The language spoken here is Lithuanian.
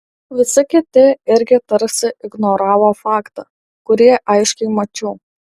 visi kiti irgi tarsi ignoravo faktą kurį aiškiai mačiau